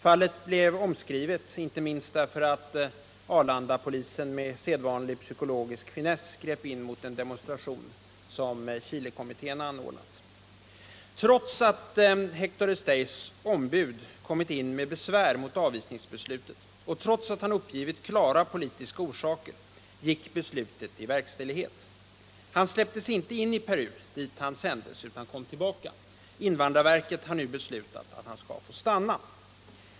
Fallet blev omskrivet, inte minst därför att Arlandapolisen med sedvanlig psykologisk finess grep in mot en demonstration som Chilekommittén anordnat. Trots att Hector Estays ombud kommit in med besvär mot avvisningsbeslutet och trots att han uppgivit klara politiska orsaker gick beslutet i verkställighet. Han släpptes inte in i Peru, dit han sändes, utan han kom tillbaka. Invandrarverket har nu beslutat att han skall få stanna.